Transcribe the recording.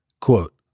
Quote